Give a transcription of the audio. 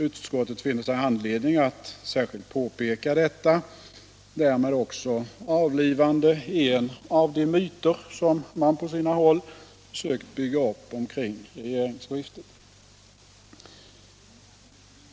Utskottet finner sig ha anledning att särskilt påpeka detta, därmed också avlivande en av de myter som man på sina håll försökt bygga upp kring regeringsskiftet.